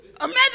Imagine